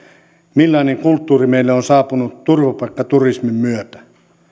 millainen kulttuuri meille on saapunut turvapaikkaturismin myötä